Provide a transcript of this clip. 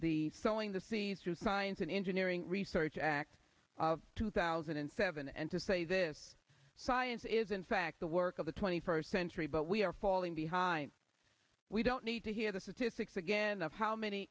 the sowing the seeds to science and engineering research act of two thousand and seven and to say this science is in fact the work of the twenty first century but we are falling behind we don't need to hear this is to six again of how many